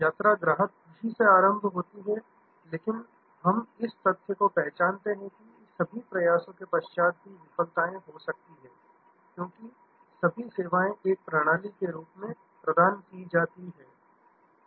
यात्रा ग्राहक खुशी से आरंभ होती है लेकिन हम इस तथ्य को पहचानते हैं कि सभी प्रयासों के पश्चात भी विफलताएं हो सकती हैं क्योंकि सभी सेवाएं एक प्रणाली के रूप में प्रदान की जाती हैं